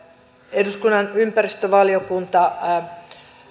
eduskunnan ympäristövaliokunta